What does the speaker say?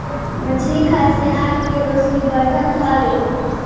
मछरी खाए से आँख के रौशनी बढ़त हवे